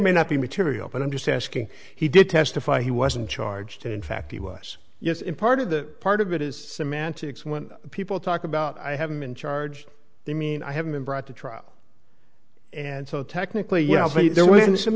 may not be material but i'm just asking he did testify he wasn't charged in fact he was yes in part of the part of it is semantics when people talk about i haven't been charged they mean i haven't been brought to trial and so technically you know there w